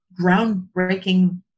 groundbreaking